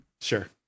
Sure